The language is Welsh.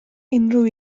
unrhyw